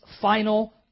final